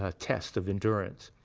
ah test of endurance,